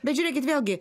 bet žiūrėkit vėlgi